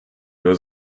was